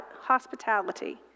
hospitality